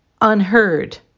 unheard